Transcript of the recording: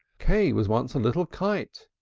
k was once a little kite,